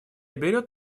берет